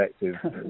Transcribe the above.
effective